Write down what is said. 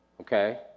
Okay